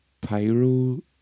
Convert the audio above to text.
pyro